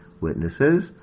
witnesses